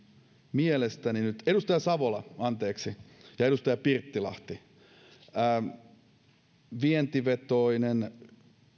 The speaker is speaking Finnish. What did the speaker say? mielestäni nyt anteeksi edustaja savola ja edustaja pirttilahti vientivetoinen